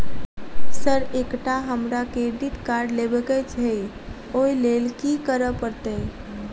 Sir एकटा हमरा credit card लेबकै छैय ओई लैल की करऽ परतै?